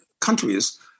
countries